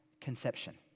conception